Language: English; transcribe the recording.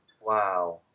wow